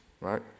right